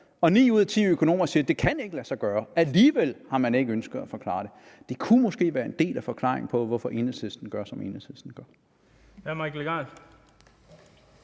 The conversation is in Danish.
Ni ud af ti økonomer siger, at det ikke kan lade sig gøre, men man har alligevel ikke ønsket at forklare det. Det kunne måske være en del af forklaringen på, hvorfor Enhedslisten gør, som de gør.